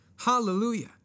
Hallelujah